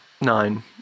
nine